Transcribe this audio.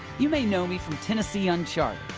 you may know me from tennessee uncharted.